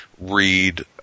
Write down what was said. read